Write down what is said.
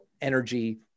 energy